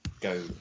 go